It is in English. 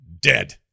Dead